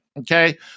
okay